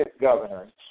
governor